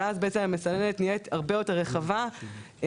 ואז בעצם המסננת נהיית הרבה יותר רחבה והרבה